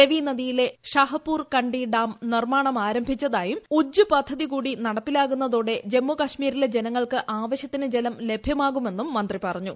രവി നദിയിലെ ഷാഹ്പുർകണ്ടി ഡാം നിർമ്മാണം ആരംഭിച്ചതായും ഉജ്ജ് പദ്ധതി കൂടി നടപ്പിലാകുന്നതോടെ ജമ്മു കശ്മീരിലെ ജനങ്ങൾക്ക് ആവശ്യത്തിന് ജലം ലഭ്യമാകുമെന്നും മന്ത്രി പറഞ്ഞു